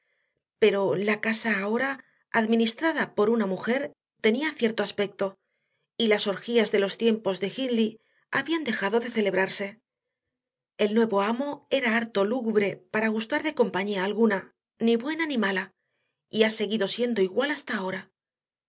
pero la casa ahora administrada por una mujer tenía cierto aspecto y las orgías de los tiempos de hindley habían dejado de celebrarse el nuevo amo era harto lúgubre para gustar de compañía alguna ni buena ni mala y ha seguido siendo igual hasta ahora